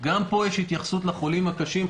יש התייחסות לחולים הקשים.